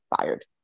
fired